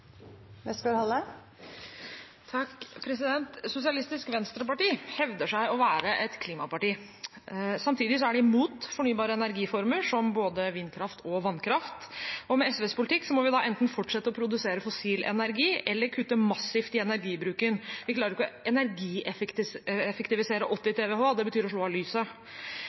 fornybare energiformer som både vindkraft og vannkraft. Med SVs politikk må vi da enten fortsette å produsere fossil energi eller kutte massivt i energibruken. Vi klarer jo ikke å energieffektivisere 80 TWh – det betyr å slå av